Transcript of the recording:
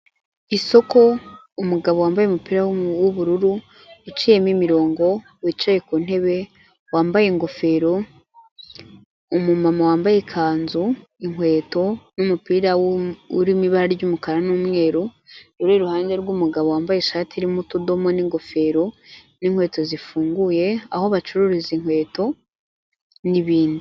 Isoko umugabo wambaye umupira w'ubururu uciyemo imirongo wicaye ku ntebe wambaye ingofero, umumama wambaye ikanzu, inkweto n'umupira urimo ibara ry'umukara n'umweru, uri iruhande rw'umugabo wambaye ishati irimo utudomo n'ingofero n'inkweto zifunguye aho bacururiza inkweto n'ibindi.